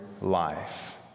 life